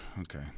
okay